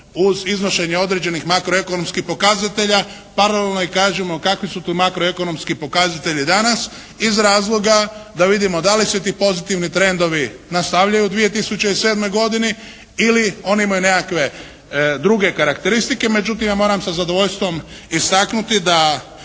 uz iznošenje određenih makroekonomskih pokazatelja paralelno i kažemo kakvi su to makroekonomski pokazatelji danas iz razloga da vidimo da li se ti pozitivni trendovi nastavljaju u 2007. godini ili oni imaju nekakvu druge karakteristike. Međutim ja moram sa zadovoljstvom istaknuti da